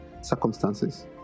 circumstances